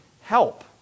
help